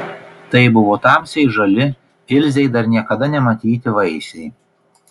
tai buvo tamsiai žali ilzei dar niekada nematyti vaisiai